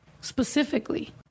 specifically